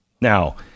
Now